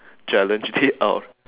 challenge it out of